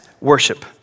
worship